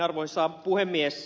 arvoisa puhemies